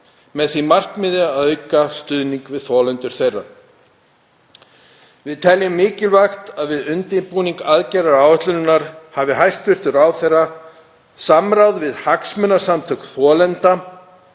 með því markmiði að auka stuðning við þolendur þeirra. Við teljum mikilvægt að við undirbúning aðgerðaáætlunarinnar hafi hæstv. ráðherra samráð við hagsmunasamtök þolenda